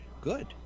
Good